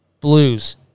Blues